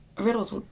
riddles